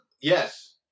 yes